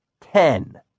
Ten